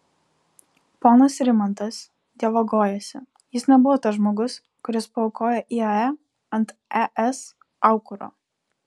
ponas rimantas dievagojasi jis nebuvo tas žmogus kuris paaukojo iae ant es aukuro